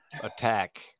attack